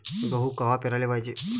गहू कवा पेराले पायजे?